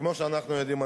וכמו שאנחנו יודעים,